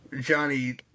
Johnny